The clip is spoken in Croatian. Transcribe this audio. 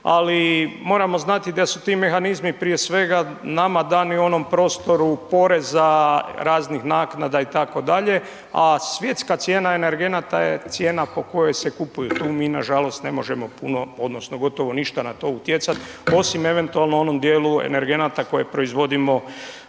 ali moramo znati da su ti mehanizmi prije svega nama dani u onom prostoru poreza, raznih naknada itd., a svjetska cijena energenata je cijena po kojoj se kupuju, tu mi nažalost ne možemo puno odnosno gotovo ništa na to utjecat, osim eventualno u onom dijelu energenata koje proizvodimo,